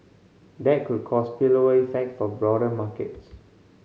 that could cause spillover effects for broader markets